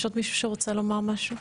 יש עוד מישהו שרוצה לומר משהו?